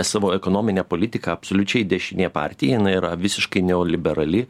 savo ekonomine politika absoliučiai dešinė partija jinai yra visiškai neoliberali